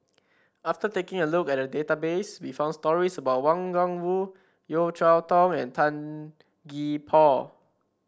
after taking a look at database we found stories about Wang Gungwu Yeo Cheow Tong and Tan Gee Paw